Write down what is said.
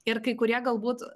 ir kai kurie galbūt